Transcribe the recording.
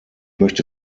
möchte